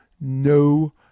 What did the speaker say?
no